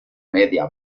media